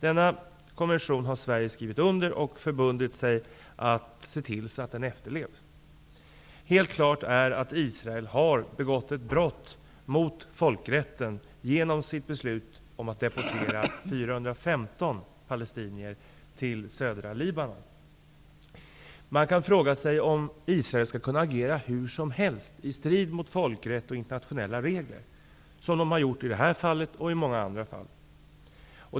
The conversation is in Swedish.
Denna konvention har Sverige skrivit under och därmed förbundit sig att se till att den efterlevs. Det är helt klart att Israel har begått ett brott mot folkrätten genom sitt beslut att deportera 415 palestinier till södra Libanon. Man kan fråga sig om Israel skall tillåtas agera hur som helst i strid mot folkrätt och internationella regler, på det sätt som man har gjort i det här fallet liksom i många andra fall.